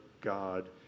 God